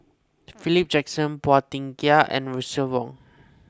Philip Jackson Phua Thin Kiay and Russel Wong